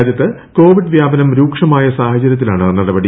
രാജ്യത്ത് കോവിഡ് വ്യാപനം രൂക്ഷമായ സാഹചര്യത്തിലാണ് നടപടി